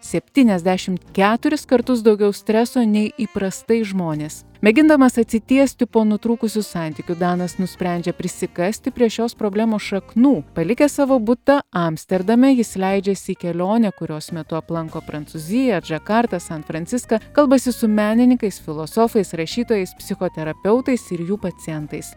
septyniasdešimt keturis kartus daugiau streso nei įprastai žmonės mėgindamas atsitiesti po nutrūkusių santykių danas nusprendžia prisikasti prie šios problemos šaknų palikęs savo butą amsterdame jis leidžiasi į kelionę kurios metu aplanko prancūziją džakartą san franciską kalbasi su menininkais filosofais rašytojais psichoterapeutais ir jų pacientais